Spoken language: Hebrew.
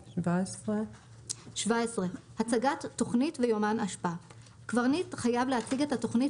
17. הצגת תכנית ויומן אשפה 17. קברניט חייב להציג את התכנית